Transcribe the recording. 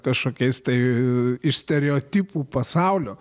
kažkokiais tai iš stereotipų pasaulio